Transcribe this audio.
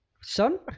son